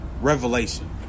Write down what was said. revelation